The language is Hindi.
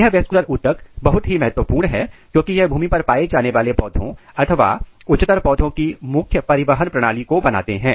यह वैस्कुलर ऊतक बहुत ही महत्वपूर्ण है क्योंकि यह भूमि पर पाए जाने वाले पौधों अथवा उच्चतर पौधों की मुख्य परिवहन प्रणाली को बनाते हैं